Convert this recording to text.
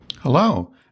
Hello